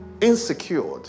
insecure